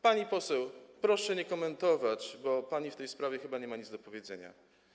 Pani poseł, proszę nie komentować, bo pani w tej sprawie chyba nie ma nic do powiedzenia.